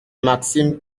maxime